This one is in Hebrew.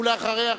אחריה,